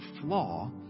flaw